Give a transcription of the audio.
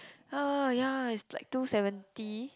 ah ya it's like two seventy